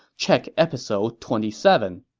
check episode twenty seven.